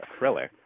acrylic